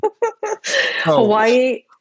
Hawaii